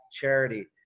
charity